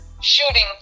shooting